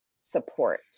support